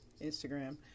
Instagram